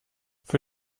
für